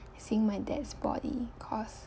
seeing my dad's body cause